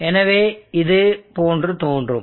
எனவே இது போன்று தோன்றும்